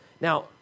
Now